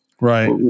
right